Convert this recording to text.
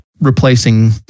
replacing